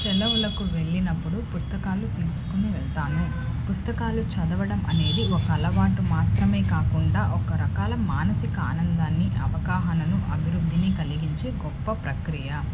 సెలవులకు వెళ్ళినప్పుడు పుస్తకాలు తీసుకుని వెళ్తాను పుస్తకాలు చదవడం అనేది ఒక అలవాటు మాత్రమే కాకుండా ఒక రకం మానసిక ఆనందాన్ని అవగాహనను అభివృద్ధిని కలిగించే గొప్ప ప్రక్రియ